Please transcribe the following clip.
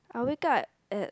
I wake up at